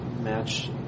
match